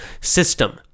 system